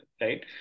right